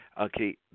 Okay